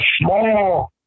small